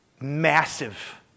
massive